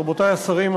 רבותי השרים,